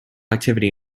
activity